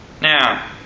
now